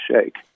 shake